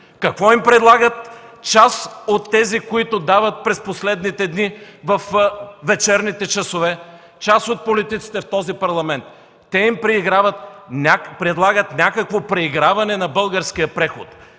Какво им предлагат част от тези, които дават през последните дни във вечерните часове, част от политиците в този парламент? Те им предлагат някакво преиграване на българския преход